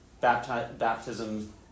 baptism